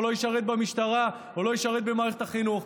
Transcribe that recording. או לא ישרת במשטרה, או לא ישרת במערכת החינוך.